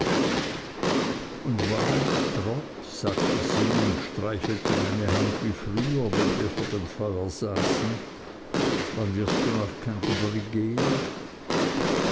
und wann trot sagte sie und streichelte meine hand wie früher wenn wir vor dem feuer saßen wann wirst du nach canterbury gehen